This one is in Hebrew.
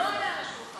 לא היה על השולחן.